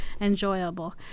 enjoyable